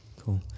Cool